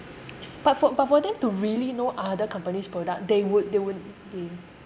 but for but for them to really know other companies' product they would they would